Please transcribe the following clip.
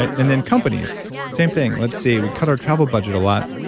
and then companies, same thing. let's see. we cut our travel budget a lot